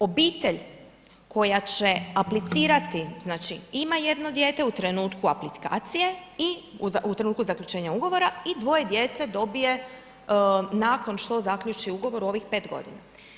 Obitelj koja će aplicirati, znači ima 1 dijete u trenutku aplikacije i u trenutku zaključenja ugovora i 2 djece dobije nakon što zaključi ugovor u ovih 5 godina.